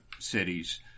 Cities